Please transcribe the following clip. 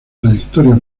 trayectoria